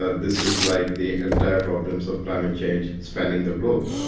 ah this is like the entire problems of climate change spanning the globe.